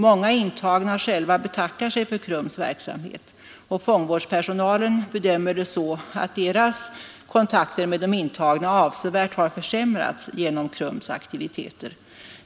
Många intagna betackar sig för KRUM:s verksamhet, och fångvårdspersonalen bedömer att deras kontakter med de intagna avsevärt försämrats genom KRUM:s aktiviteter.